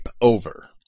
over